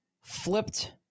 flipped